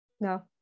no